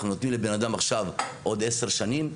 אנחנו נותנים לבן אדם עכשיו עוד עשר שנים.